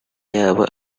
yabo